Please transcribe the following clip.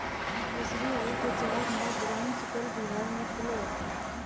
SBI के चार नए ब्रांच कल बिहार में खुलय